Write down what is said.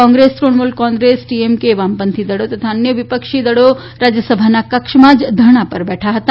Congress Trinamool TMK વામપંથી દળો તથા અન્ય વીપક્ષી દળો રાજયસભાના કક્ષમાં જ ધરણા પર બેઠા હતા